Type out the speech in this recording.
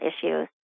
issues